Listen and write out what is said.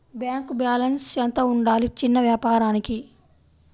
Bank balance ఎంత ఉండాలి చిన్న వ్యాపారానికి?